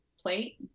plate